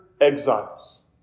exiles